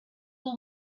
will